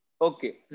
Okay